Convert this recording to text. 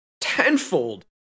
tenfold